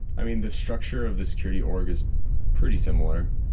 i mean, the structure of the security org is pretty similar.